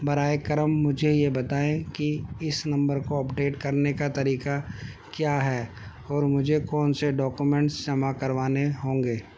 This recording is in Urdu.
برائے کرم مجھے یہ بتائیں کہ اس نمبر کو اپڈیٹ کرنے کا طریقہ کیا ہے اور مجھے کون سے ڈاکومنٹس جمع کروانے ہوں گے